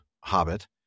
Hobbit